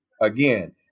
again